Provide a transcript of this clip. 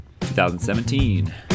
2017